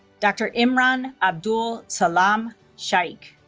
dr. imran abdul salam shaikh